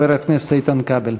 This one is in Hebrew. חבר הכנסת איתן כבל.